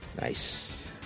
Nice